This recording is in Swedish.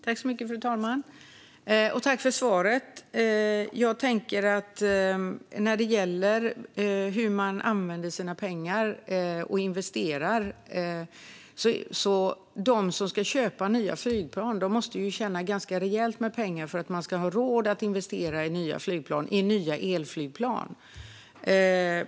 Fru talman! Tack för svaret, Daniel Helldén! När det gäller hur man använder sina pengar och investerar måste de som ska köpa nya flygplan tjäna ganska rejält med pengar för att de ska ha råd att investera i nya flygplan och nya elflygplan.